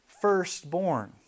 firstborn